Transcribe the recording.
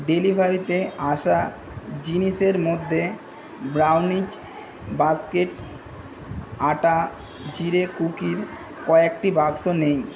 ডেলিভারিতে আসা জিনিসের মধ্যে ব্রাউনিজ বাস্কেট আটা জিরে কুকির কয়েকটি বাক্স নেই